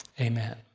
amen